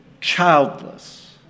childless